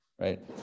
right